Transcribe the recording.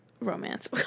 romance